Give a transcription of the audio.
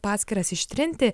paskyras ištrinti